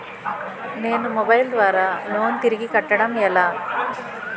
నేను మొబైల్ ద్వారా లోన్ తిరిగి కట్టడం ఎలా?